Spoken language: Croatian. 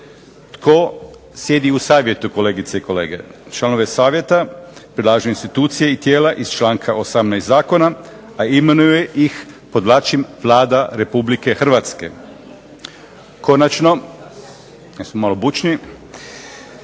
Tko sjedi u savjetu, kolegice i kolege? Članove savjeta predlažu institucije i tijela iz članka 18. zakona, a imenuje ih podvlačim Vlada Republike Hrvatske. Konačno, Strategiju